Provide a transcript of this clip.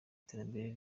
iterambere